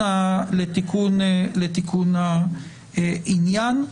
לתיקון העניין.